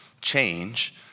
change